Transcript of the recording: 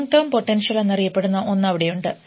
long time potential എന്നറിയപ്പെടുന്ന ഒന്ന് അവിടെയുണ്ട്